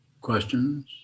questions